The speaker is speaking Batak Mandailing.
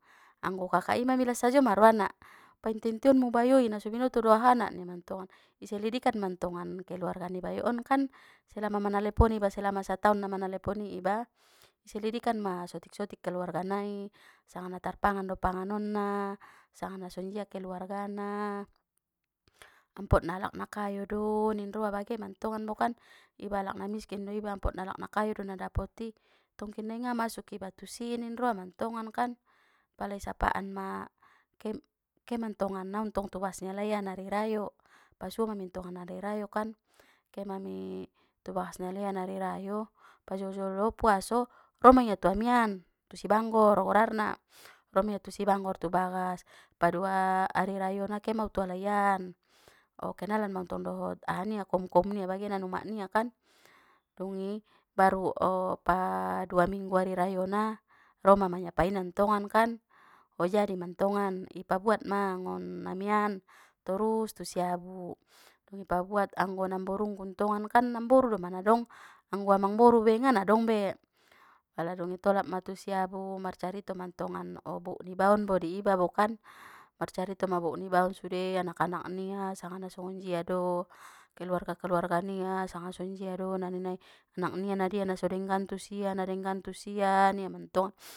Anggo kakak i ma milas sajo ma roa na painte-inteon mu bayoi naso binoto do aha na nia mantongan i selidikan mantongan keluarga ni bayo on kan selama manalepon iba selama sataon na manaleponi iba iselidikan ma sotik-sotik keluarga nai, sanga na tarpangan do panganon na, sanga na sonjia keluargana, ampot na alak na kayo do ning roa bagen mantongan bo kan iba alak na miskin do iba ampot alak na kayo do na dapot i tongkin nai nga masuk iba tu si ningroa mantongan kan pala isapaan ma ke-kemantongan au ntong tu bagas ni alaian ari rayo pasuo ma mintongan ari rayo kan kema mi tubagas ni alaian ari rayo pajolo-jolo puaso ro ma ia tu amian tu sibanggor gorarna ro ma ia tu sibanggor tu bagas padua ari rayo na ke ma au tu alaian o kenalan mau ntong dohot aha nia koum-koum nia bagenan umak nia kan dungi baru o pa dua minggu ari rayona ro ma manyapai na ntongan kan o jadi mantongan i pabuat ma ngon amian torus tu siabu dungi ipabuat anggo namborungku ntongan kan namboru doma na dong anggo amangboru be ngana dong be pala dungi tolap ma tu siabu marcarito ma ntongan o bouk niba on bo di iba bo kan marcarito ma bouk nibaon sude anak-anak nia sanga na songonjia do kaluarga-kaluarga nia sanga sonjia do na ninna i anak nia na dia naso denggan tu sia na denggan tu sia nia mantong.